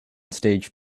stage